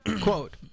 Quote